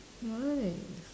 nice